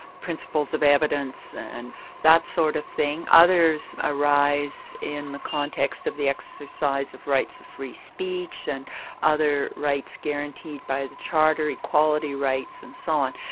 principles of evidence and that sort of thing. others arise in the context of the exercise of rights of free speech, and other rights guaranteed by the charter equality rights and so on.